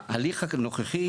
ההליך הנוכחי